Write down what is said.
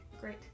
great